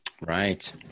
Right